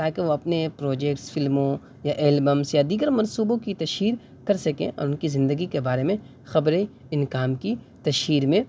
تاکہ وہ اپنے پروجیکٹس فلموں یا ایلبمس یا دیگر منصوبوں کی تشہیر کر سکیں اور ان کی زندگی کے بارے میں خبریں ان کام کی تشہیر میں